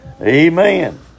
Amen